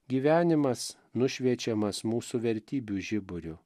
gyvenimas nušviečiamas mūsų vertybių žiburiu